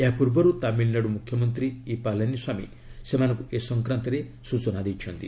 ଏହା ପୂର୍ବରୁ ତାମିଲନାଡୁ ମୁଖ୍ୟମନ୍ତ୍ରୀ ଇ ପାଲାମୀସ୍ୱାମୀ ସେମାନଙ୍କୁ ଏ ସଂକ୍ରାନ୍ତରେ ସୂଚନା ଦେବେ